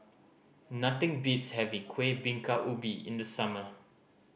nothing beats having Kueh Bingka Ubi in the summer